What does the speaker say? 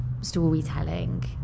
storytelling